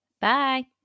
Bye